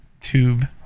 tube